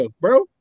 bro